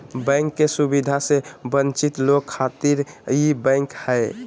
bank के सुविधा से वंचित लोग खातिर ई बैंक हय